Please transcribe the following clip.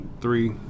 three